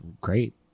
Great